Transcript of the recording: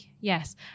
yes